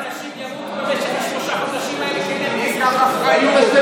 השאלה היא כמה אנשים ימותו בשלושת החודשים האלה כי אין להם כסף לתרופות.